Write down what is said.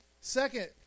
Second